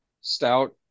Stout